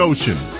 Ocean